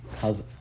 how's